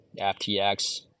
FTX